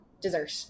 dessert